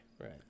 Right